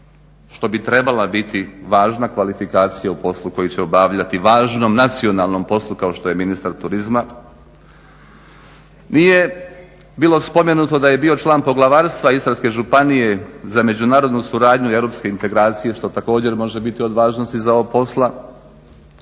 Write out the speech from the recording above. što bi trebala biti važna kvalifikacija u poslu koji će obavljati, važnom nacionalnom poslu kao što je ministar turizma. Nije bilo spomenuto da je bio član poglavarstva Istarske županije za međunarodnu suradnju i europske integracije što također može biti od važnosti za ovo posla.